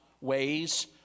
ways